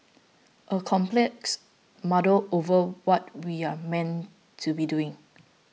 a complex muddle over what we're meant to be doing